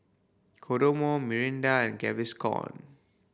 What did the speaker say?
Kodomo Mirinda and Gaviscon